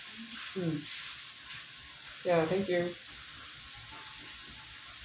mm ya thank you